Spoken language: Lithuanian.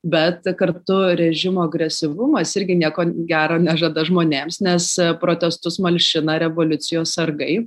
bet kartu režimo agresyvumas irgi nieko gero nežada žmonėms nes protestus malšina revoliucijos sargai